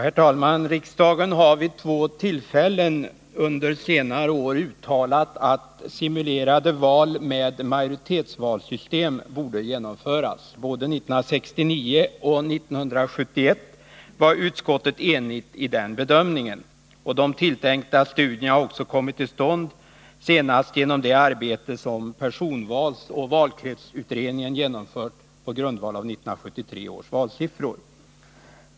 Fru talman! Riksdagen har vid två tillfällen under senare år uttalat att simulerade val med majoritetsvalsystem borde genomföras. Både 1969 och 1971 var utskottet enigt i den bedömningen. De tilltänkta studierna har också kommit till stånd, senast genom det arbete som personvalsoch valkretsutredningen genomfört på grundval av 1973 års valsiffror.